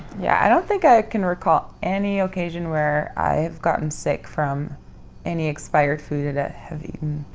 yeah, don't think i can recall any occasion where i have gotten sick from any expired food that ah i have eaten.